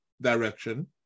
direction